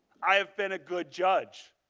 i have been a good judge.